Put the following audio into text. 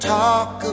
talk